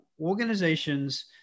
organizations